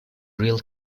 real